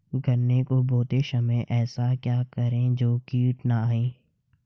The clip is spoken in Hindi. गन्ने को बोते समय ऐसा क्या करें जो कीट न आयें?